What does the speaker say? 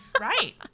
Right